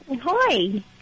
Hi